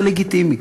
וזה לגיטימי.